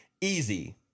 easy